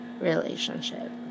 relationship